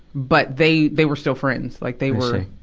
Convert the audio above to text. but they, they were still friends. like, they were,